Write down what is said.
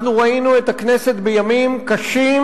אנחנו ראינו את הכנסת בימים קשים,